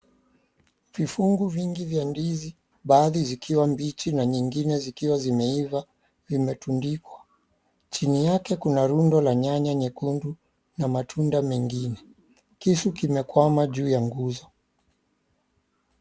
Vifungu vingi vya ndizi baadha zikiwa mbichi na nyingine zikiwa zimeiva zimetundikwa. Chini yake kuna rundo la nyanya nyekundu na matunda mengine. Kisu kimekwama juu ya nguzo.